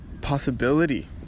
possibility